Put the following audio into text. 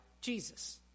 Jesus